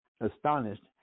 astonished